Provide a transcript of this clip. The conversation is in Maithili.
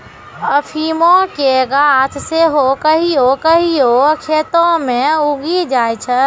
अफीमो के गाछ सेहो कहियो कहियो खेतो मे उगी जाय छै